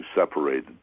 separated